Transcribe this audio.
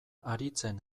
haritzen